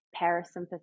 parasympathetic